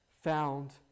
found